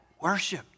worship